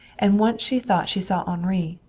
and once she thought she saw henri,